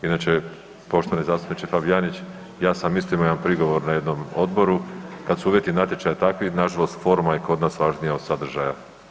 Inače poštovani zastupniče Fabijanić ja sam isto imao prigovor na jednom odboru kad su uvjeti natječaja takvi, na žalost forma je kod nas važnija od sadržaja.